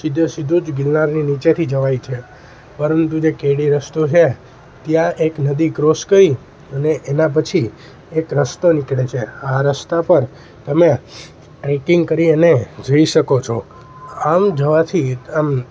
સીધે સીધું જ ગીરનારની નીચેથી જવાય છે પરંતુ જે કેડી રસ્તો છે ત્યાં એક નદી ક્રોસ કરી અને એના પછી એક રસ્તો નીકળે છે આ રસ્તા પર તમે ટ્રેકિંગ કરી અને જઈ શકો છો આમ જવાથી આમ